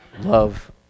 love